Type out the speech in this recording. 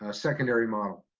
ah secondary model.